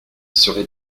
serait